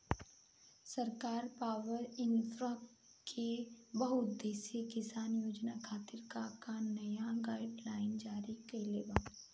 सरकार पॉवरइन्फ्रा के बहुउद्देश्यीय किसान योजना खातिर का का नया गाइडलाइन जारी कइले बा?